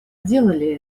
делали